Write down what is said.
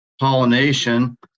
pollination